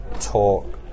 talk